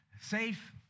safe